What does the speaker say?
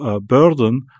burden